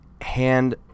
hand